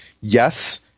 yes